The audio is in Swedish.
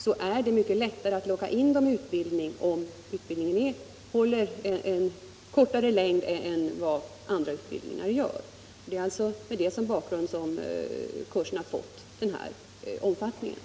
Det är mycket lättare att locka in dem i utbildningar av kortare längd.